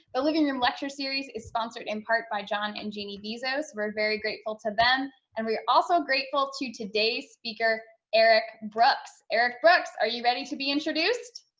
the living room lecture series is sponsored in part by john and jeannie vezeau. so we're very grateful to them and we're also grateful to today's speaker, eric brooks. eric brooks, are you ready to be introduced?